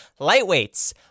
lightweights